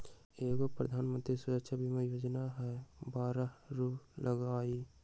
एगो प्रधानमंत्री सुरक्षा बीमा योजना है बारह रु लगहई?